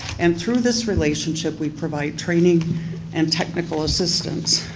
and through this relationship we provide training and technical assistance.